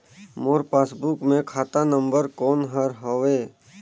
मोर passbook मे खाता number कोन हर हवे?